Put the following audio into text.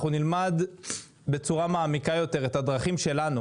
אנחנו נלמד בצורה מעמיקה יותר את הדרכים שלנו